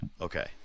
okay